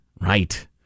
right